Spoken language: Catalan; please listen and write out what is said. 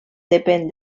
depèn